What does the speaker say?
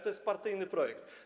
To jest partyjny projekt.